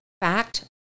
fact